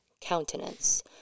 countenance